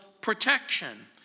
protection